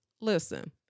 Listen